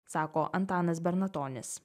sako antanas bernatonis